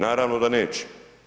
Naravno da neće.